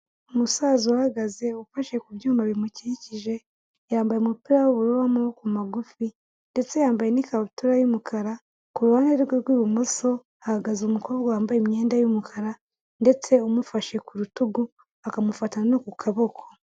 Umusaza uhagaze, ufashe ku byuma bimukikije, yambaye umupira w'ubururu w'amaboko magufi ndetse yambaye n'ikabutura y'umukara, kuruhande rwe rw'ibumoso hahagaze umukobwa wambaye imyenda y'umukara ndetse umufashe ku rutugu, akamufata no ku kaboko.